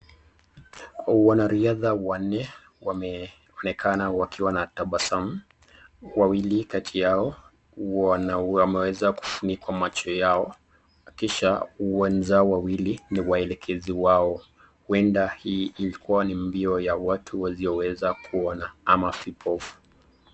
Wanariadha wanee wameonekana wakiwa na tabasamu, wawili kati yao wameezakufunikwa macho yao kisha wenzao wawili ni waelekezi wao uenda hii ilikua ni mbio ya watu waliowezakua na amafikof.